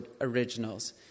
Originals